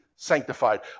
sanctified